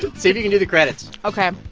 see if you can do the credits ok.